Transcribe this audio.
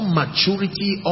maturity